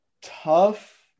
tough